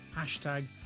hashtag